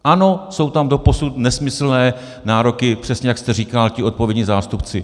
Ano, jsou tam doposud nesmyslné nároky, přesně jak jste říkal, nějací odpovědní zástupci.